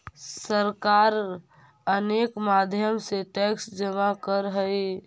सरकार अनेक माध्यम से टैक्स जमा करऽ हई